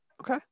Okay